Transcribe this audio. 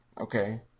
okay